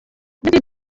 david